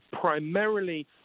primarily